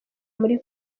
muri